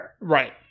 Right